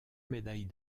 médaille